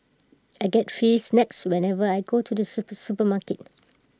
I get free snacks whenever I go to the super supermarket